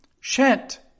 Shan't